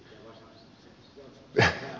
kyllä kyllä